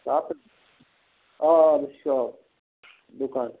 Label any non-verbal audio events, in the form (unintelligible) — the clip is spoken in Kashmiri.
(unintelligible) آ آ مےٚ چھِ شاپ دُکان